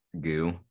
goo